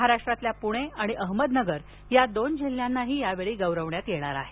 महाराष्ट्रातल्या प्णे आणि अहमदनगर या दोन जिल्ह्यांनाही यावेळी गौरवण्यात येणार आहे